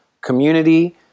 community